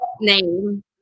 name